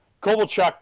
Kovalchuk